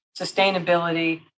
sustainability